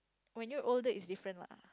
when you are older it's different lah